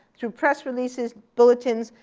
through press releases, bulletins,